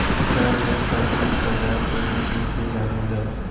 एकरा के प्राथमिक बाजार के रूप में भी जानल जाला